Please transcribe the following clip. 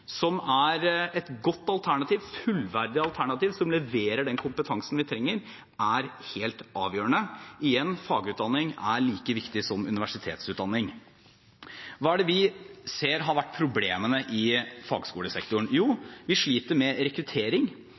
som er et godt, fullverdig alternativ, og som leverer kompetansen vi trenger, er helt avgjørende. Igjen: Fagutdanning er like viktig som universitetsutdanning. Hva er det vi ser har vært problemene i fagskolesektoren? Jo, vi sliter med rekruttering,